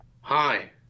Hi